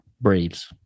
Braves